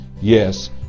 yes